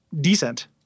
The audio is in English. decent